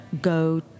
go